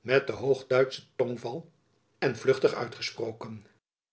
met den hoogduitschen tongval en vluchtig uitgesproken